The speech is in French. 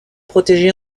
protégé